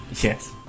Yes